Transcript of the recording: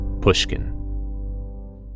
Pushkin